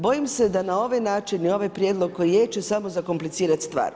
Bojim se da na ovaj način i ovaj prijedlog koji je će samo zakomplicirati stvar.